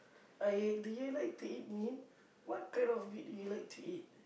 okay do you like to eat meat what kind of meat do you like to eat